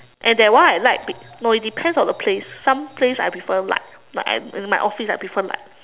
and that one I like be~ no it depends on the place some place I prefer light like my office I prefer light